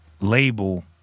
label